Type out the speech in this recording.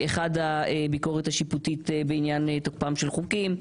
אנחנו מדברים על הביקורת השיפוטית בעניין תוקפם של חוקים,